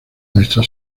nuestra